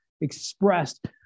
expressed